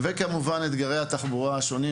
וכמובן אתגרי התחבורה השונים,